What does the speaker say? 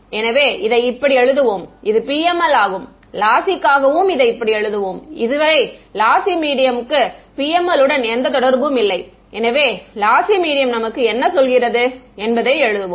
எனவே இதை இப்படி எழுதுவோம் இது PML ஆகும் லாசி க்காகவும் இதை இப்படி எழுதுவோம் இதுவரை லாசி மீடியம்க்கு PML உடன் எந்த தொடர்பும் இல்லை எனவே லாசி மீடியம் நமக்கு என்ன சொல்கிறது என்பதை எழுதுவோம்